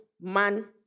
man